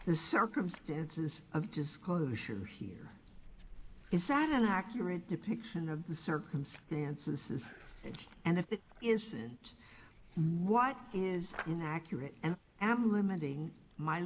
the circumstances of disclosure here is that an accurate depiction of the circumstances and if it isn't what is inaccurate and i am limiting my